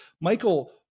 michael